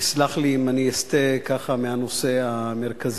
יסלח לי אם אני אסטה מהנושא המרכזי,